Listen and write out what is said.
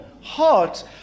heart